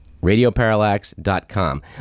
radioparallax.com